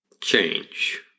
Change